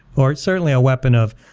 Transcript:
or certainly a weapon of,